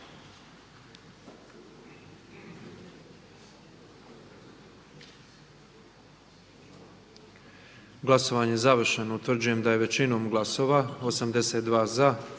Glasovanje je završeno. Utvrđujem da je većinom glasova 121 za,